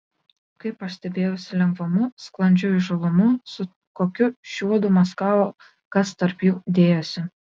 kaip aš stebėjausi lengvumu sklandžiu įžūlumu su kokiu šiuodu maskavo kas tarp jų dėjosi